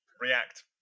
react